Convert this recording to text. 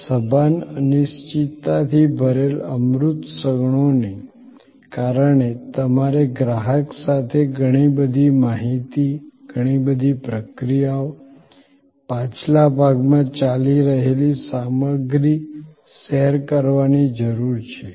આ સભાન અનિશ્ચિતતાથી ભરેલી અમૂર્ત ક્ષણોને કારણે તમારે ગ્રાહક સાથે ઘણી બધી માહિતી ઘણી બધી પ્રક્રિયાઓ પાછલા ભાગમાં ચાલી રહેલી સામગ્રી શેર કરવાની જરૂર છે